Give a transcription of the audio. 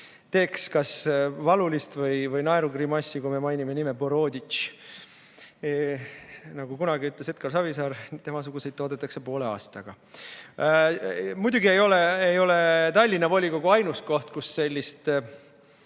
teeks kas valu- või naerugrimassi, kui mainime nime Boroditš? Nagu Edgar Savisaar kunagi ütles, temasuguseid toodetakse poole aastaga. Muidugi ei ole Tallinna volikogu ainus koht, kus sellist